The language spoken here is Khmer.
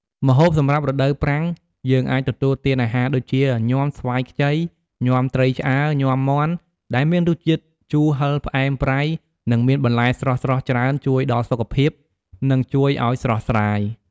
ម្ហូបសម្រាប់រដូវប្រាំង យើងអាចទទួលទានអាហារ ដូចជា ញាំស្វាយខ្ចី ញាំត្រីឆ្អើរ ញាំមាន់ ដែលមានរសជាតិជូរហឹរ ផ្អែម ប្រៃ និង មានបន្លែស្រស់ៗច្រើនជួយដល់សុខភាព និង ជួយឱ្យស្រស់ស្រាយ។